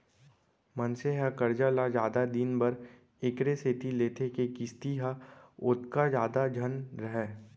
मनसे ह करजा ल जादा दिन बर एकरे सेती लेथे के किस्ती ह ओतका जादा झन रहय